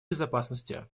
безопасности